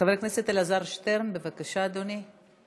חבר הכנסת אלעזר שטרן, בבקשה, אדוני.